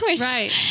Right